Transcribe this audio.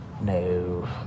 no